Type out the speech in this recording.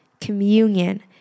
communion